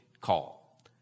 call